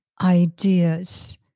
ideas